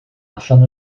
allan